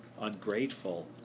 ungrateful